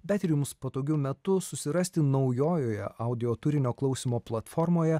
bet ir jums patogiu metu susirasti naujojoje audioturinio klausymo platformoje